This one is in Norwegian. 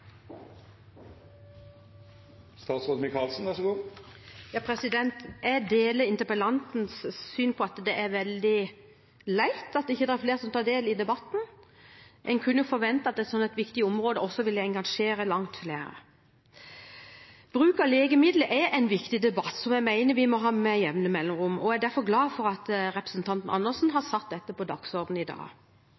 veldig leit at det ikke er flere som tar del i debatten. En kunne forventet at et slikt viktig område ville engasjert langt flere. Bruk av legemidler er en viktig debatt, som jeg mener vi må ha med jevne mellomrom. Jeg er derfor glad for at representanten Karin Andersen har